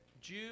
Jew